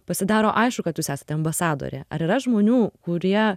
pasidaro aišku kad jūs esate ambasadorė ar yra žmonių kurie